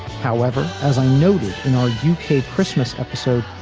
however, as i noted in our u k. christmas episode,